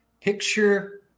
Picture